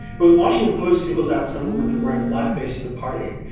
but washington post singles out some women for wearing black faces, a part of it.